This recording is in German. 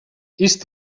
ist